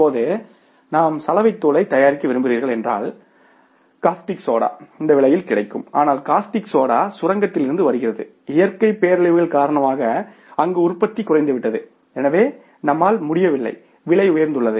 இப்போது நாம் சலவை தூளை தயாரிக்க விரும்புகிறீர்கள் என்றால் காஸ்டிக் சோடா இந்த விலையில் கிடைக்க வேண்டும் ஆனால் காஸ்டிக் சோடா சுரங்கத்திலிருந்து வருகிறது இயற்கை பேரழிவுகள் காரணமாக அங்கு உற்பத்தி குறைந்துவிட்டது எனவே நம்மால் முடியவில்லை விலை உயர்ந்துள்ளது